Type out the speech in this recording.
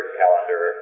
calendar